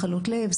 מחלות לב,